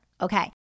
Okay